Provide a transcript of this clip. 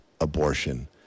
abortion